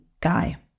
guy